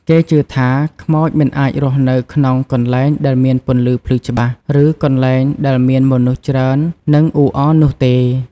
គេជឿថាខ្មោចមិនអាចរស់នៅក្នុងកន្លែងដែលមានពន្លឺភ្លឺច្បាស់ ឬកន្លែងដែលមានមនុស្សច្រើននឹងអ៊ូអរនោះទេ ។